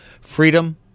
freedom